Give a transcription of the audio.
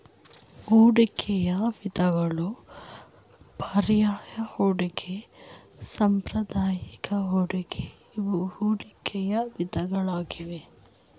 ಹೂಡಿಕೆಯ ವಿಧಗಳು ಪರ್ಯಾಯ ಹೂಡಿಕೆ, ಸಾಂಪ್ರದಾಯಿಕ ಹೂಡಿಕೆ ಇವು ಹೂಡಿಕೆಯ ವಿಧಗಳಾಗಿವೆ